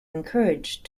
encouraged